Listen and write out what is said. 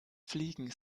fliegen